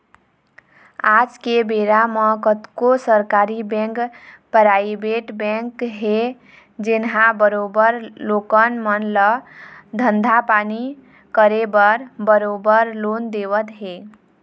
आज के बेरा म कतको सरकारी बेंक, पराइवेट बेंक हे जेनहा बरोबर लोगन मन ल धंधा पानी करे बर बरोबर लोन देवत हे